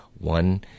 One